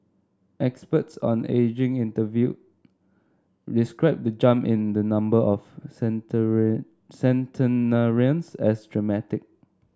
experts on ageing interviewed described the jump in the number of centenarians as dramatic